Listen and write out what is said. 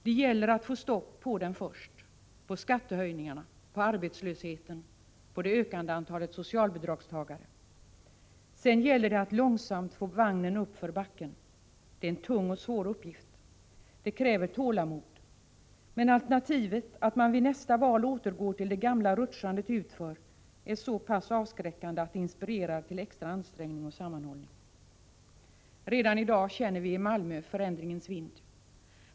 Det gäller att få stopp på den först: på skattehöjningarna, på arbetslösheten, på det ökande antalet socialbidragstagare. Sedan gäller det att långsamt få vagnen uppför backen. Det är en tung och svår uppgift. Den kräver tålamod. Men alternativet — att man efter nästa val återgår till det gamla rutschandet utför — är så pass avskräckande att det inspirerar till extra ansträngning och sammanhållning. Redan i dag känner vi i Malmö förändringens vind.